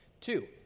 Two